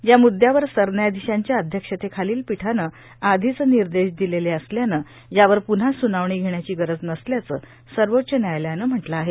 या म्द्यावर सरन्यायाधीशांच्या अध्यक्षतेखालच्या पीठानं आधीच निर्देश दिलेले असल्यानं यावर प्न्हा सूनावणी घेण्याची गरज नसल्याचं सर्वोच्च न्यायालयानं म्हटलं आहे